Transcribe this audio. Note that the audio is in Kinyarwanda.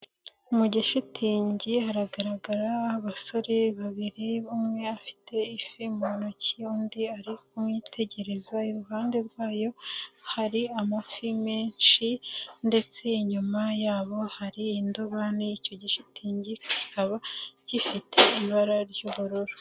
Mu gishitingi hagaragara abasore babiri umwe afite ifi mu ntoki, undi ari kumwitegereza, iruhande rwayo hari amafi menshi ndetse inyuma yabo hari indobani, icyo gishitingi kikaba gifite ibara ry'ubururu.